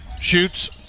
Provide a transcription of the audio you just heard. shoots